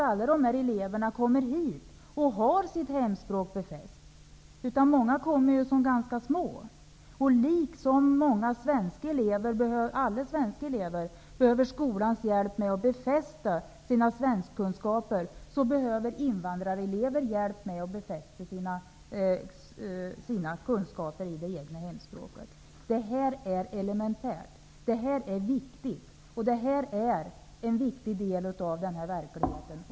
Alla de här eleverna kommer ju inte hit och har sitt hemspråk befäst, utan många kommer som ganska små. Liksom alla svenska elever behöver skolans hjälp med att befästa sina svenskkunskaper, behöver invandrarelever hjälp med att befästa sina kunskaper i hemspråket. Det här är elementärt. Det här är viktigt, och det är en viktig del av verkligheten.